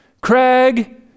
craig